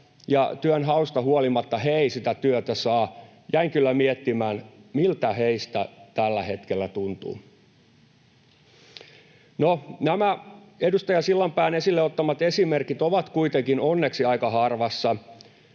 työnhausta huolimatta eivät työtä saa. Jäin kyllä miettimään, miltä heistä tällä hetkellä tuntuu. No, nämä edustaja Sillanpään esille ottamat esimerkit ovat kuitenkin onneksi aika harvassa.